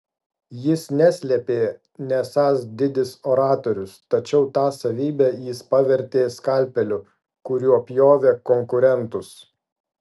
jis neslėpė nesąs didis oratorius tačiau tą savybę jis pavertė skalpeliu kuriuo pjovė konkurentus